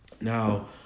Now